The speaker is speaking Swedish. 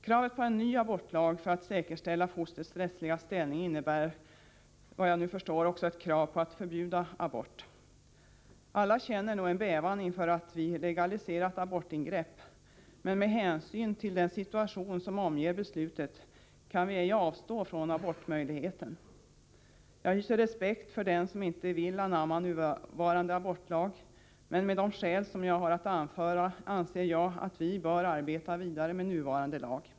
Kravet på en ny abortlag för att därigenom säkerställa fostrets rättsliga ställning innebär, förstår jag nu, också ett krav på att förbjuda abort. Alla känner nog en bävan inför att vi legaliserat abortingrepp, men med hänsyn till den situation som föranlett beslutet kan vi ej avstå från abortmöjligheten. Jag hyser respekt för den som inte vill anamma nuvarande abortlag, men med de skäl som jag har att anföra anser jag att vi ändå bör arbeta vidare med nuvarande lag.